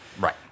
right